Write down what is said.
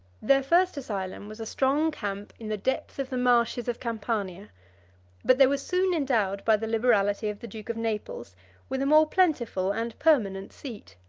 their first asylum was a strong camp in the depth of the marshes of campania but they were soon endowed by the liberality of the duke of naples with a more plentiful and permanent seat.